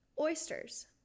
oysters